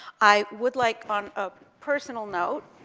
i would like, on a personal note,